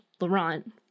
Laurent